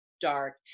dark